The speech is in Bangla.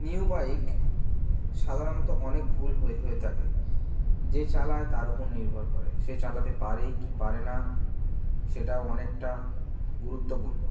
নিউ বাইক সাধারণত অনেক ভুল হয়ে হয়ে থাকে যে চালায় তার উপর নির্ভর করে সে চালাতে পারে কি পারে না সেটাও অনেকটা গুরুত্বপূর্ণ